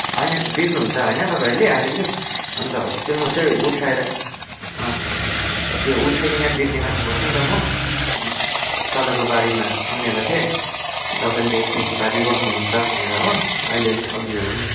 होइन होइन बेच्नुहुन्छ होइन तपाईँहरूले अलिअलि अन्त हौ त्यस्तै म चाहिँ उठाएर त्यो उठाइकिन बेच्ने काम गर्छु नि त म तपाईँको बारेमा सुनेको थिएँ तपाईँले खेतीपाती गर्नुहुन्छ भनेर हो अलिअलि सब्जीहरू पनि